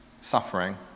suffering